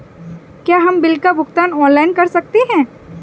क्या हम बिल का भुगतान ऑनलाइन कर सकते हैं?